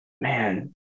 man